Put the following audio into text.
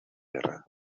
guerra